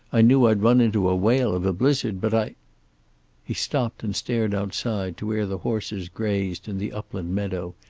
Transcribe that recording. i knew i'd run into a whale of a blizzard, but i he stopped and stared outside, to where the horses grazed in the upland meadow,